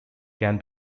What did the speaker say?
can